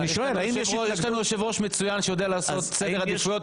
יש לנו יושב-ראש מצוין שיודע לעשות סדר עדיפויות,